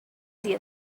see